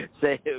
say